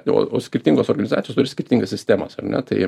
o o skirtingos organizacijos turi skirtingas sistemas ar ne tai